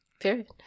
Period